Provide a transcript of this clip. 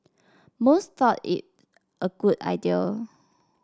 most thought it a good idea